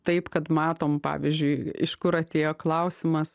taip kad matom pavyzdžiui iš kur atėjo klausimas